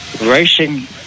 Racing